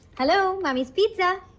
hello mummy's pizza.